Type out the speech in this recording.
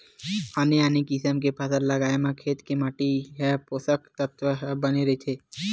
आने आने किसम के फसल लगाए म खेत के माटी के पोसक तत्व ह बने रहिथे